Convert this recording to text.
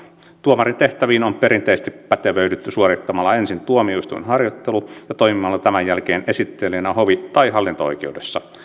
tuomarin tehtäviin on perinteisesti pätevöidytty suorittamalla ensin tuomioistuinharjoittelu ja toimimalla tämän jälkeen esittelijänä hovi tai hallinto oikeudessa